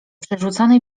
przerzuconej